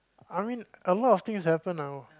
I mean a lot of things happen now